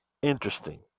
Interesting